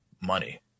money